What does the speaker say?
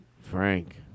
Frank